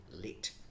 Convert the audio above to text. lit